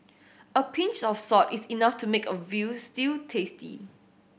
a pinch of salt is enough to make a veal stew tasty